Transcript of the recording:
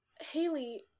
Haley